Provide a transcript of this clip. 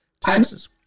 taxes